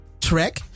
track